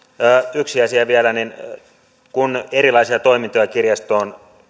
yksi asia vielä kun erilaisia toimintoja kirjastoon